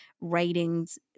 writings